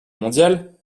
mondiale